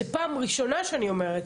זו פעם ראשונה שאני אומרת.